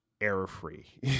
error-free